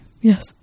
Yes